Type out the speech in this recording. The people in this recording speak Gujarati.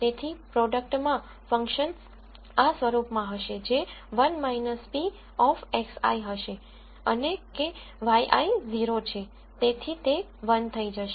તેથી પ્રોડક્ટમાં ફંક્શન આ સ્વરૂપ માં હશે જે 1 - p of xi હશે અને કે yi 0 છે તેથી તે 1 થઈ જશે